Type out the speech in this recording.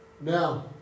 Now